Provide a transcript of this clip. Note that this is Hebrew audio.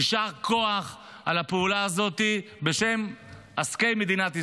יישר כוח על הפעולה הזאת בשם עסקי מדינת ישראל.